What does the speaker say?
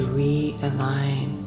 realign